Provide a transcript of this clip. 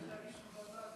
לביא.